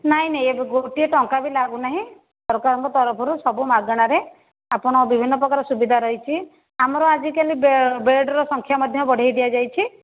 ନାହିଁ ନାହିଁ ଏବେ ଗୋଟିଏ ଟଙ୍କା ବି ଲାଗୁନାହିଁ ସରକାରଙ୍କ ତରଫରୁ ସବୁ ମାଗଣାରେ ଆପଣ ବିଭିନ୍ନପ୍ରକାର ସୁବିଧା ରହିଛି ଆମର ଆଜିକାଲି ବେ ବେଡ଼୍ର ସଂଖ୍ୟା ମଧ୍ୟ ବଢ଼ାଇ ଦିଆଯାଇଛି